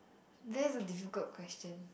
that is a difficult question